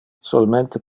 solmente